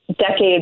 decades